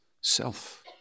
Self